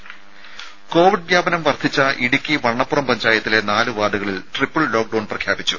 രുമ കോവിഡ് വ്യാപനം വർധിച്ച ഇടുക്കി വണ്ണപ്പുറം പഞ്ചായത്തിലെ നാലു വാർഡുകളിൽ ട്രിപ്പിൾ ലോക്ഡൌൺ പ്രഖ്യാപിച്ചു